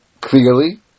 clearly